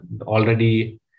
already